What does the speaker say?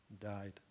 died